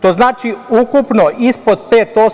To znači ukupno ispod 5%